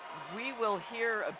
we will hear.